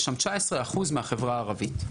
יש שם 19% מהחברה הערבית.